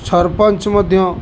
ସରପଞ୍ଚ ମଧ୍ୟ